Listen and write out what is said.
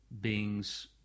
beings